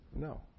No